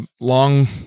long